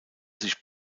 sich